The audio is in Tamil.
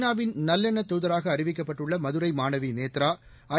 நா வின் நல்லெண்ணத் தூதராக அறிவிக்கப்பட்டுள்ள மதுரை மாணவி நேத்ரா ஐ